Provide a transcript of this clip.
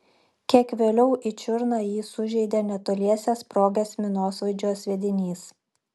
kiek vėliau į čiurną jį sužeidė netoliese sprogęs minosvaidžio sviedinys